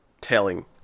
telling